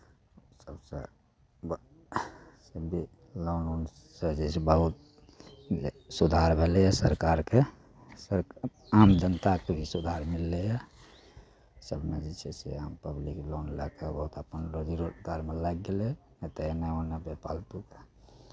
इसभ तऽ सभ मुद्रा लोनसँ जे छै बहुत जे सुधार भेलैए सरकारके सर आम जनताके जे सुधार मिललैए सभ जे छै अहाँके लोन लए कऽ अपन रोजी रोजगारमे लागि गेलै ओतेकमे मानि लिअ जे फालतू